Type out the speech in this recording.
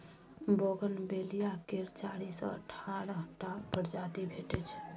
bougainvillea केर चारि सँ अठारह टा प्रजाति भेटै छै